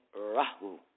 Rahu